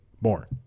more